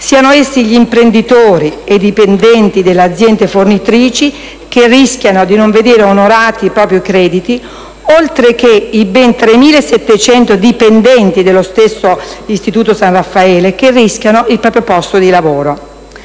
siano essi gli imprenditori e i dipendenti delle aziende fornitrici che rischiano di non vedere onorati i propri crediti, oltre che i ben 3.700 dipendenti dello stesso San Raffaele che rischiano il proprio posto di lavoro.